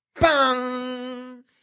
Bang